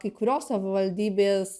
kai kurios savivaldybės